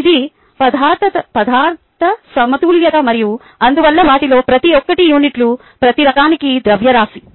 ఇది పదార్థ సమతుల్యత మరియు అందువల్ల వాటిలో ప్రతి ఒక్కటి యూనిట్లు ప్రతి రకానికి ద్రవ్యరాశి